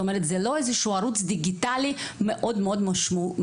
זה לא איזה שהוא ערוץ דיגיטלי מאוד מאוד מתוחכם.